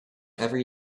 every